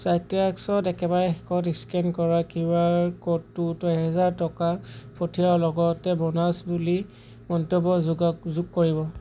চাইট্ৰাছত একেবাৰে শেষত স্কেন কৰা কিউ আৰ ক'ডটোত এহেজাৰ টকা পঠিয়াওক লগতে বনাচ বুলি মন্তব্য যোগা যোগ কৰিব